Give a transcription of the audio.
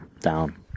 down